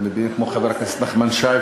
כמו חבר הכנסת נחמן שי,